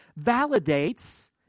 validates